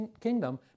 kingdom